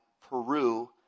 Peru